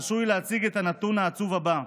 הרשו לי להציג את הנתון העצוב הבא: